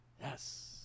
Yes